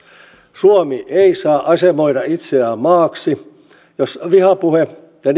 suomi ei saa asemoida itseään maaksi jossa vihapuhe ja